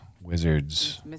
wizards